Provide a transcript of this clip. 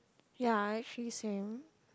ya actually same